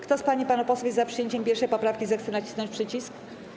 Kto z pań i panów posłów jest za przyjęciem 1. poprawki, zechce nacisnąć przycisk.